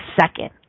second